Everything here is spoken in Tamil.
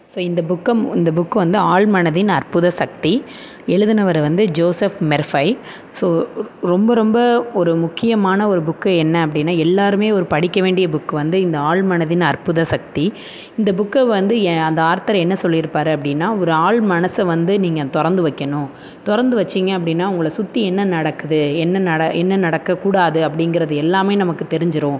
ஸோ இந்த புக் இந்த புக்கு வந்து ஆழ்மனதின் அற்புத சக்தி எழுதுனவரு வந்து ஜோசப் மெர்ஃபை ஸோ ரொ ரொம்ப ரொம்ப ஒரு முக்கியமான ஒரு புக்கு என்ன அப்படின்னா எல்லோருமே ஒரு படிக்க வேண்டிய புக்கு வந்து இந்த ஆழ்மனதின் அற்புத சக்தி இந்த புக்கை வந்து ஏன் அந்த ஆர்த்தர் என்ன சொல்லியிருப்பாரு அப்படின்னா ஒரு ஆழ்மனசை வந்து நீங்கள் திறந்து வைக்கணும் திறந்து வைச்சீங்க அப்ப்டின்னா உங்களை சுற்றி என்ன நடக்குது என்ன நட என்ன நடக்கக்கூடாது அப்படிங்கிறது எல்லாமே நமக்குத் தெரிஞ்சிடும்